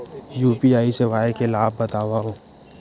UPI सेवाएं के लाभ बतावव?